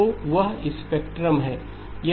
तो वह स्पेक्ट्रम है